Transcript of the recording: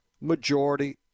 majority